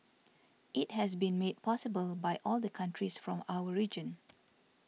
it has been made possible by all the countries from our region